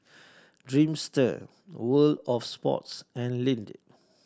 Dreamster World Of Sports and Lindt